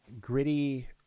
gritty